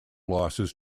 losses